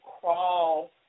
crawl